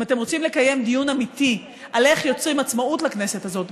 אם אתם רוצים לקיים דיון אמיתי על איך יוצרים עצמאות לכנסת הזאת,